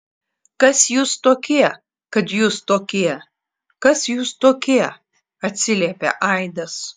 kas jūs tokie kad jūs tokie kas jūs tokie atsiliepė aidas